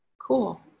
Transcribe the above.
cool